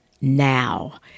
now